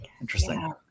Interesting